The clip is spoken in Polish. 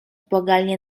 błagalnie